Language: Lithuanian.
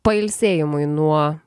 pailsėjimui nuo